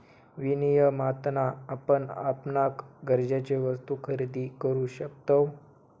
विनियमातना आपण आपणाक गरजेचे वस्तु खरेदी करु शकतव